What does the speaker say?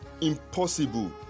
impossible